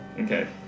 Okay